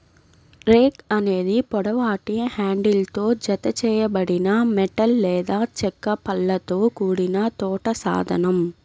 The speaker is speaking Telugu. రేక్ అనేది పొడవాటి హ్యాండిల్తో జతచేయబడిన మెటల్ లేదా చెక్క పళ్ళతో కూడిన తోట సాధనం